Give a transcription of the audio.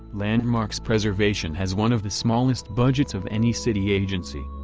landmarks preservation has one of the smallest budgets of any city agency.